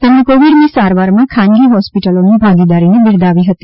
તેમણે કોવિડની સારવારમાં ખાનગી હોસ્પિટલોની ભાગીદારીને પણ બિરદાવી હતી